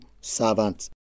servant